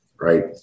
right